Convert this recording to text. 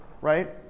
right